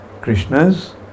Krishna's